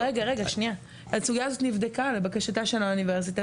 הסוגיה הזאת נבדקה לבקשתה של האוניברסיטה